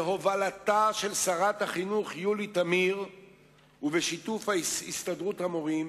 בהובלתה של שרת החינוך יולי תמיר ובשיתוף הסתדרות המורים